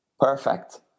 Perfect